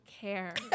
care